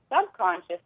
subconscious